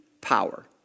power